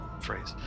phrase